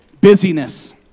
busyness